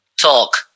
talk